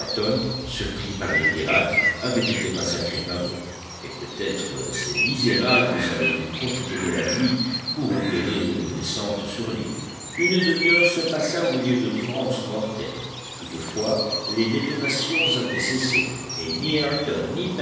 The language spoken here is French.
surpris par les pirates avait été massacré par eux et peut-être ces misérables allaient-ils profiter de la nuit pour opérer une descente sur l'île une demi-heure se passa au milieu de transes mortelles toutefois les détonations avaient cessé et ni ayrton